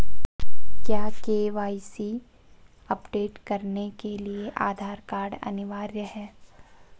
क्या KYC update करने के लिए आधार कार्ड अनिवार्य है?